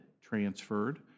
transferred